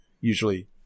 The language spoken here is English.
usually